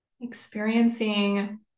Experiencing